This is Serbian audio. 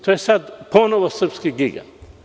To je sada ponovo srpski gigant.